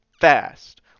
fast